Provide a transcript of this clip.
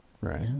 right